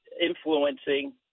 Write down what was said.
influencing